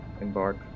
embark